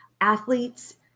athletes